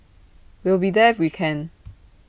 we'll be there if we can